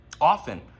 Often